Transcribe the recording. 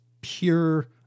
pure